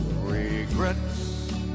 Regrets